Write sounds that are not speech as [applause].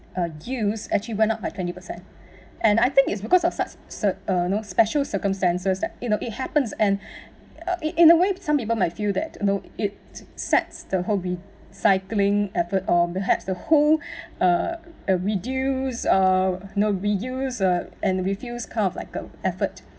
uh use actually went up by twenty percent and I think it's because of such so uh you know special circumstances that you know it happens and uh it in the way some people might feel that you know it sets the whole recycling effort or perhaps the whole [breath] uh uh reduce uh you know reuse uh and refuse kind of like uh effort